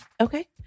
Okay